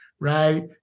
Right